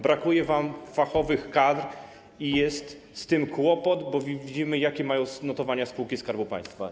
Brakuje wam fachowych kadr i jest z tym kłopot, bo widzimy, jakie notowania mają spółki Skarbu Państwa.